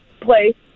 place